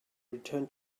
return